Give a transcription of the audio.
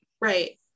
Right